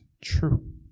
true